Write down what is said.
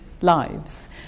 lives